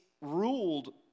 ruled